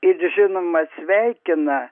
ir žinoma sveikina